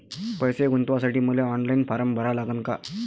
पैसे गुंतवासाठी मले ऑनलाईन फारम भरा लागन का?